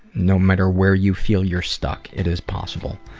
no matter where you feel you're stuck, it is possible.